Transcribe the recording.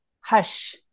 hush